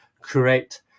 create